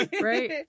Right